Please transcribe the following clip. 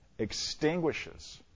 extinguishes